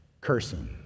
cursing